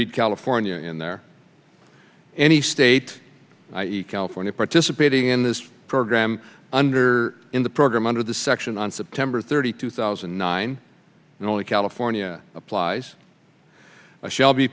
read california in there any state california participating in this program under in the program under the section on september third two thousand and nine and only california applies i shall be